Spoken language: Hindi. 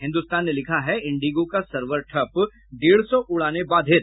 हिन्दुस्तान ने लिखा है इंडिगो का सर्वर ठप डेढ सौ उड़ाने बाधित